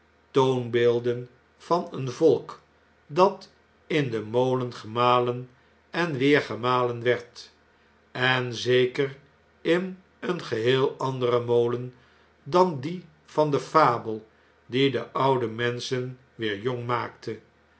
toonbeelden van een volk dat in den molen gemalen en weer gemalen werd en zeker in een geheel anderen molen dan dien van de fabel die de oude menschen weer jong maakte